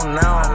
now